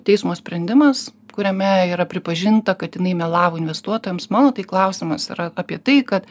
teismo sprendimas kuriame yra pripažinta kad jinai melavo investuotojams mano tai klausimas yra apie tai kad